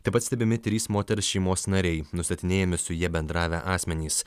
taip pat stebimi trys moters šeimos nariai nustatinėjami su ja bendravę asmenys